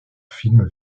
film